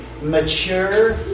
mature